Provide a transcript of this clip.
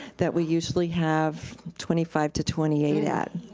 that we usually have twenty five to twenty eight at.